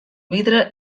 vidre